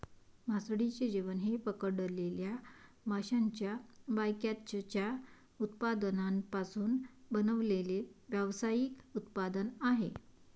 मासळीचे जेवण हे पकडलेल्या माशांच्या बायकॅचच्या उत्पादनांपासून बनवलेले व्यावसायिक उत्पादन आहे